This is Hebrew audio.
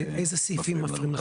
אילו סעיפים מפריעים לך?